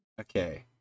Okay